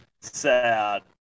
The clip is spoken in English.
sad